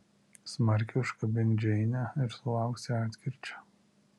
smarkiai užkabink džeinę ir sulauksi atkirčio